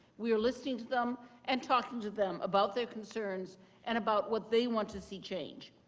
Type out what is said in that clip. we're listening to them and talking to them about their concerns and about what they want to see change.